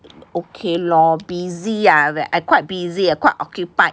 okay lor busy ah that I quite busy ah quite occupied